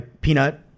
Peanut